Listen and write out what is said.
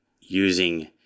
using